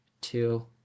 two